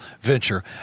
venture